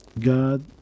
God